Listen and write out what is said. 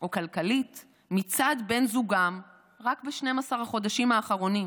או כלכלית מצד בן זוגן רק ב-12 החודשים האחרונים.